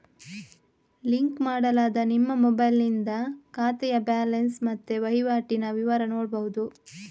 link ಮಾಡಲಾದ ನಿಮ್ಮ ಮೊಬೈಲಿನಿಂದ ಖಾತೆಯ ಬ್ಯಾಲೆನ್ಸ್ ಮತ್ತೆ ವೈವಾಟಿನ ವಿವರ ನೋಡ್ಬಹುದು